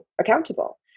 accountable